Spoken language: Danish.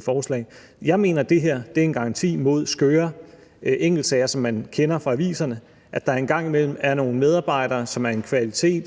forslag. Jeg mener, det her er en garanti imod skøre enkeltsager, som man kender dem fra aviserne, hvor der en gang imellem er nogle medarbejdere, som er en kvalitet